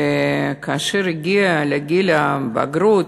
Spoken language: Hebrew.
וכאשר הגיע לגיל הבגרות,